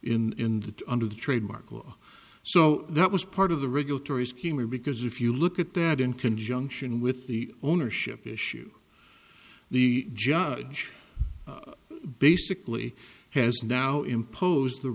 equity in it under the trademark law so that was part of the regulatory scheme or because if you look at that in conjunction with the ownership issue the judge basically has now imposed the